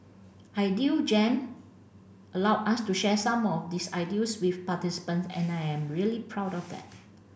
idea Jam allowed us to share some of these ideals with participants and I am really proud of that